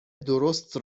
درست